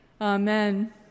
Amen